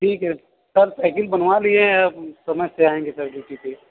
ठीक है sir cycle बनवा लिए है अब समय से आएँगे ड्यूटी पर